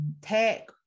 tech